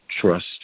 trust